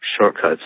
shortcuts